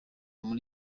muri